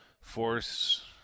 Force